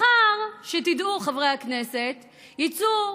מחר, שתדעו חברי הכנסת, ייצאו